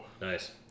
nice